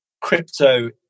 crypto